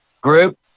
Group